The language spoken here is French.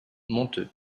monteux